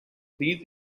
these